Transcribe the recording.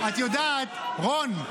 רון,